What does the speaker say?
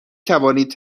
توانید